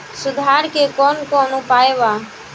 सुधार के कौन कौन उपाय वा?